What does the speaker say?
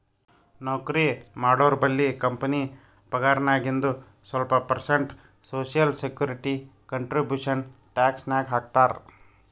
ನೌಕರಿ ಮಾಡೋರ್ಬಲ್ಲಿ ಕಂಪನಿ ಪಗಾರ್ನಾಗಿಂದು ಸ್ವಲ್ಪ percent social security contribution tax ನಾಗ್ ಹಾಕ್ತಾರ್